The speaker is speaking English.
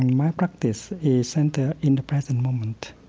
and my practice is centered in the present moment.